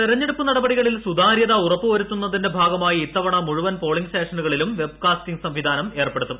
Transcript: തെരഞ്ഞെടുപ്പ് നടപടികളിൽ സുതാര്യത ഉറപ്പുവരുത്തുന്നതിന്റെ ഭാഗമായി ഇത്തവണ മുഴുവൻ പോളിംഗ് സ്റ്റേഷനുകളിലും വെബ്കാസ്റ്റിംഗ് സംവിധാനം ഏർപ്പെടുത്തും